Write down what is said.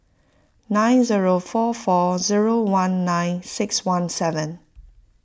nine zero four four zero one nine six one seven